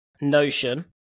Notion